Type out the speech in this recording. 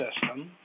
system